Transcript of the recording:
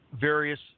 various